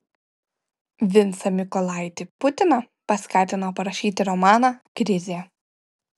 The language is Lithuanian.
vincą mykolaitį putiną paskatino parašyti romaną krizė